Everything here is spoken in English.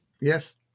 Yes